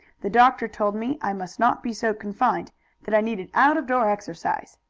the doctor told me i must not be so confined that i needed out-of-door exercise.